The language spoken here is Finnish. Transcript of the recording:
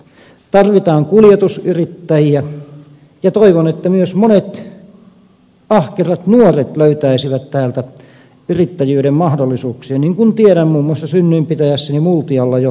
tarvitaan kuljetusyrittäjiä ja toivon että myös monet ahkerat nuoret löytäisivät täältä yrittäjyyden mahdollisuuksia niin kuin tiedämme muun muassa synnyinpitäjässäni multialla jo tapahtuneenkin